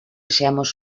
seamos